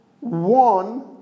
one